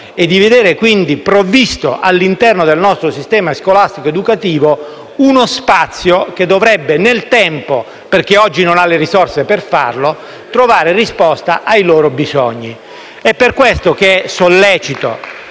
e di vedere quindi previsto, all'interno del nostro sistema scolastico ed educativo, uno spazio che dovrebbe nel tempo, perché oggi non ha le risorse per farlo, trovare risposta ai loro bisogni. *(Applausi dei senatori